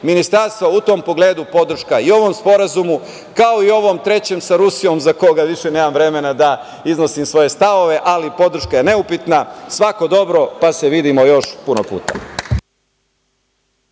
Ministarstva. U tom pogledu, podrška i ovom sporazumu, kao i ovom trećem sa Rusijom, za koga više nemam vremena da iznosim svoje stavove, ali podrška je neupitna. Svako dobro, pa se vidimo još puno puta.